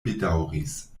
bedaŭris